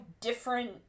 different